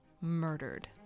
murdered